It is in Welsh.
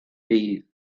bydd